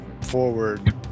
forward